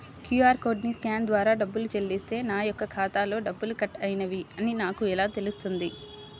QR కోడ్ని scan ద్వారా డబ్బులు చెల్లిస్తే నా యొక్క ఖాతాలో డబ్బులు కట్ అయినవి అని నాకు ఎలా తెలుస్తుంది?